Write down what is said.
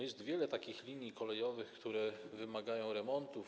Jest wiele takich linii kolejowych, które wymagają remontów.